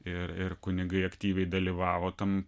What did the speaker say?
ir ir kunigai aktyviai dalyvavo tam